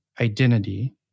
identity